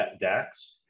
DAX